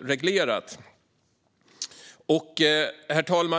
reglerat. Herr talman!